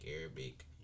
Arabic